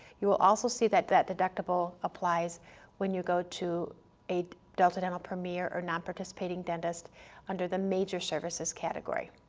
you will also see that that deductible applies when you go to a delta dental premier or nonparticipating dentist under the major services category.